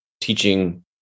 teaching